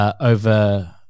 Over